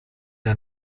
der